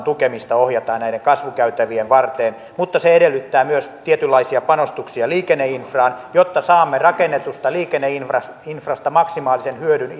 tukemista ohjataan näiden kasvukäytävien varteen mutta se edellyttää myös tietynlaisia panostuksia liikenneinfraan jotta saamme rakennetusta liikenneinfrasta maksimaalisen hyödyn